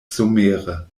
somere